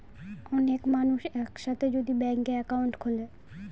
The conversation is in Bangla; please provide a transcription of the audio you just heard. অনেক মানুষ এক সাথে যদি ব্যাংকে একাউন্ট খুলে